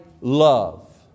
love